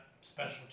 special